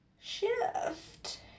shift